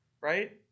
right